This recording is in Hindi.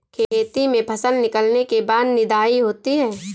खेती में फसल निकलने के बाद निदाई होती हैं?